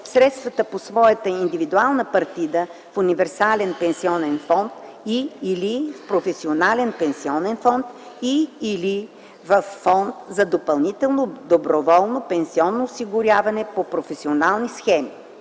средствата по своята индивидуална партида в универсален пенсионен фонд, и/или в професионален пенсионен фонд и/или във фонд за допълнително доброволно пенсионно осигуряване по професионални схеми.